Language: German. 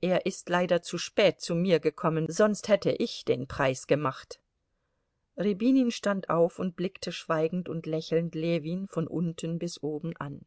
er ist leider zu spät zu mir gekommen sonst hätte ich den preis gemacht rjabinin stand auf und blickte schweigend und lächelnd ljewin von unten bis oben an